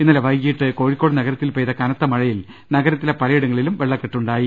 ഇന്നലെ വൈകീട്ട് കോഴിക്കോട് നഗരത്തിൽ പെയ്ത കനത്ത മഴയിൽ നഗര ത്തിലെ പലയിടങ്ങളിലും വെള്ളക്കെട്ടുണ്ടായി